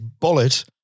bullet